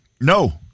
No